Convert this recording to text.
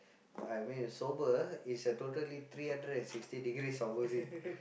I mean is sober is a totally three hundred and sixty degrees opposite